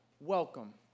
Welcome